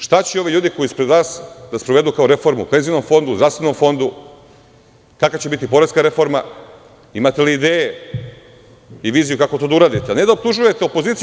Šta će ovi ljudi ispred vas da sprovedu kao reformu u penzionom fondu, zdravstvenom fondu, kakva će biti poreska reforma, imate li ideje i viziju kako to da uradite, a ne da optužujete opoziciju?